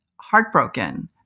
heartbroken